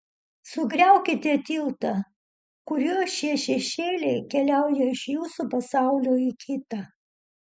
sugriaukite tiltą kuriuo šie šešėliai keliauja iš jūsų pasaulio į kitą